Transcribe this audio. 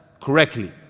correctly